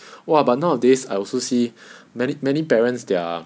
!wah! but nowadays I also see many many parents their